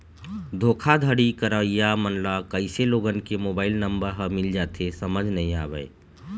धोखाघड़ी करइया मन ल कइसे लोगन के मोबाईल नंबर ह मिल जाथे समझ नइ आवय